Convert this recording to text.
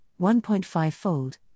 1.5-fold